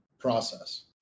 process